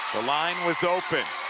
the line was open.